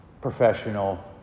professional